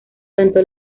tanto